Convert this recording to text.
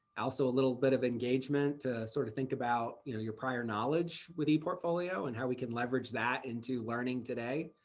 also a little bit of engagement, sort of think about you know your prior knowledge with eportfolio and how we can leverage that into learning today.